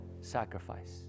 sacrifice